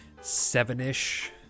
seven-ish